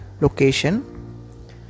location